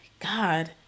god